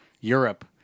Europe